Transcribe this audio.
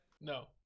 No